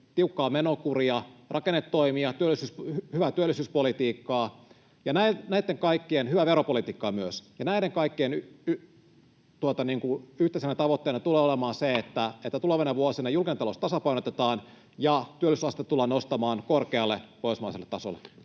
tiukkaa menokuria, rakennetoimia, hyvää työllisyyspolitiikkaa ja hyvää veropolitiikkaa myös, ja näiden kaikkien yhteisenä tavoitteena tulee olemaan se, että tulevina vuosina julkinen talous tasapainotetaan ja työllisyysaste tullaan nostamaan korkealle pohjoismaiselle tasolle.